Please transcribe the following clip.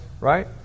right